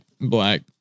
black